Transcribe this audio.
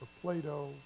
Plato